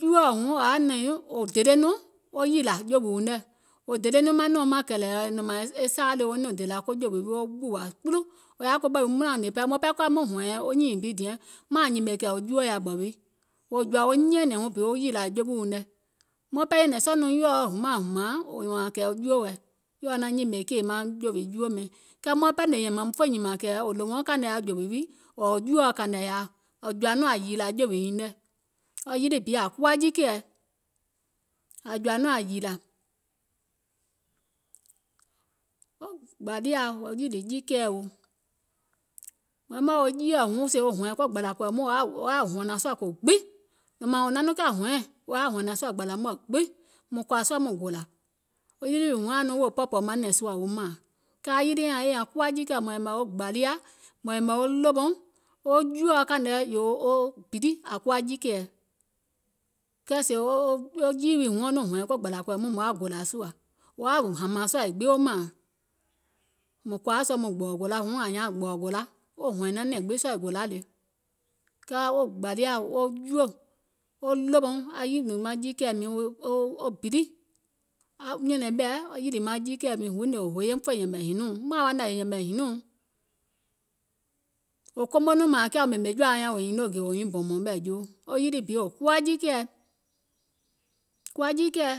juòɔ wuŋ wò yaȧ nɛ̀ŋ wò dele nɔŋ wo yìlȧ jèwìuŋ nɛ̀, wò dele nɔŋ manɛ̀uŋ mȧŋ kɛ̀lɛ̀ɛ̀ nɔ̀ŋ mȧȧŋ e saa le woiŋ nɔŋ dèlȧ ko jèwì wii wo ɓùwà kpulu, wò yaȧ koɓɛ̀ wii maŋ ɓɛɛ ka maŋ hɔ̀ɛ̀ŋ wɔŋ nyììŋ bi diɛŋ maȧŋ nyìmè kɛ̀ juò yaȧ ɓɛ̀ wii, wò jɔ̀ȧ wo nyɛ̀ɛ̀nɛ̀ŋ wuŋ bi wo ɓùwà jewìuŋ nɛ̀, kɛɛ maaŋ ɓɛɛ yɛmɛ̀ fè nyìmȧŋ kɛ̀ wò ɗòwoɔɔ̀ŋ pɛɛ yaȧ jèwì wii ɔ̀ɔ̀ juòɔ kȧìŋ nɛ yȧa, ȧŋ jɔ̀ȧ nɔŋ ȧ yìlȧ jèwì nyiŋ nɛ̀, aŋ yilì bi ȧŋ kuwa jiikɛ̀ɛ, ȧ jɔ̀ȧ nɔŋ ȧŋ yìlȧ, gbȧliȧa wo yìlì jiikɛ̀ɛ wo, mùŋ yɛmɛ̀ wo jiiìɔ huŋ sèè wo hɔ̀ɛ̀ŋ ko gbȧlȧ kɔ̀ì moo wò yaȧ hɔ̀nȧŋ sùȧ ko gbiŋ, nɔ̀ŋ mȧȧŋ wò naŋ nɔŋ kià hɔɛ̀ŋ wò yaȧ hɔ̀nȧŋ sùȧ e gbȧlȧ mɔ̀ɛ̀ gbiŋ, mùŋ kɔ̀ȧ sɔɔ̀ maŋ gòlȧ, wo yilì wii huŋ yaȧ nɔŋ wèè wo pɔ̀ɔ̀pɔ̀ɔ̀ manȧŋ sùȧ wo mȧȧŋ, kɛɛ aŋ yilì nyaŋ kuwa jiikɛ̀ɛ mȧŋ yɛ̀mɛ̀ wo gbȧliȧ, mȧŋ yɛ̀mɛ̀ wo ɗòwouŋ, wo juòɔ kȧìŋ nɛ yèè wo bili ȧ kuwa jiikɛ̀ɛ, kɛɛ sèè wo jiì wii huŋ wo nɔŋ hɔ̀ɛ̀ŋ ko gbȧlȧ kɔ̀ì muìŋ mùŋ yaȧ gòlȧ sùȧ, wo yaȧ hȧmȧŋ sùȧ gbiŋ wo mȧȧŋ, mùŋ kɔ̀ȧa sɔɔ̀ maŋ gbɔ̀ɔ̀ gòla, huŋ ȧŋ nyaaŋ gbɔ̀ɔ̀ gòla, wo hɔ̀ɛ̀ŋ nanɛ̀ŋ gbiŋ gòla le, kɛɛ wo gbȧliȧ, wo juò, wo ɗòwouŋ aŋ yìlì maŋ jiikɛ̀ɛ miiŋ wo bili, huii ngèè wò hoye muŋ fè yɛ̀mɛ̀ hinùuŋ, wò komo nɔŋ mȧȧŋ kiȧ wò ɓèmè jɔ̀àauŋ nyȧŋ wò nyiŋ bɔ̀ɔ̀mɔ̀ŋ fènòo, yilì bi kuwa jiikɛ̀ɛ,